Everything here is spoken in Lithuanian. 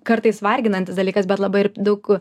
kartais varginantis dalykas bet labai ir daug